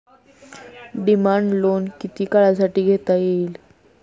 Demand loan किती काळासाठी घेता येईल?